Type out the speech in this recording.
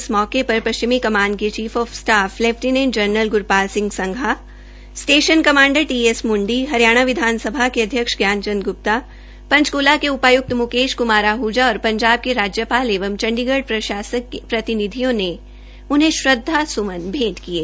इस मौके पर पश्चिमी कमान के chief of staff lieutenant general Gurpal Singh Sangha station commander T S Mundi Haryana विधानसभा के अध्यक्ष ज्ञान चंद ग्प्ता पंचकूला के उपाय्क्त मुकेश कुमार आहजा और पंजाब के राज्यपाल एवं चंडीगढ़ प्रशासन के प्रतिनिधियों ने उन्हें श्रद्वासुमन भेंट किये